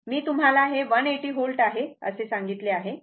मी तुम्हाला हे 180 व्होल्ट आहे असे सांगितले आहे